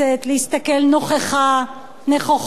להסתכל נכוחה